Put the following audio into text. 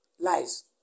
Lies